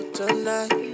tonight